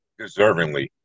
deservingly